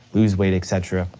lose weight, et cetera.